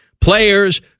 players